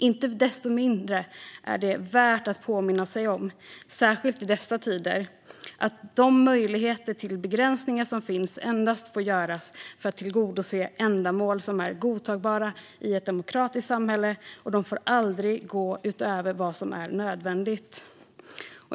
Inte desto mindre är det, särskilt i dessa tider, värt att påminna sig om att de möjligheter till begränsningar som finns endast får användas för att tillgodose ändamål som är godtagbara i ett demokratiskt samhälle och att de aldrig får gå utöver vad som är nödvändigt.